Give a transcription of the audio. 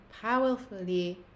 powerfully